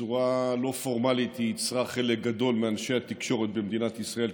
בצורה לא פורמלית היא יצרה חלק גדול מאנשי התקשורת במדינת ישראל,